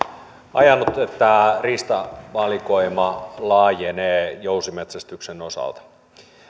ajanut että riistavalikoima laajenee jousimetsästyksen osalta